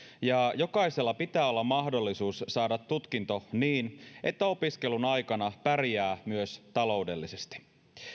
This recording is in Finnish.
ja jokaisella pitää olla mahdollisuus saada tutkinto niin että opiskelun aikana pärjää myös taloudellisesti